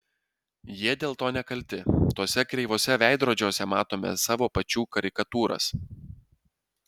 jie dėl to nekalti tuose kreivuose veidrodžiuose matome savo pačių karikatūras